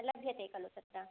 लभ्यते खलु तत्र